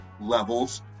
levels